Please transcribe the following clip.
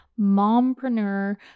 mompreneur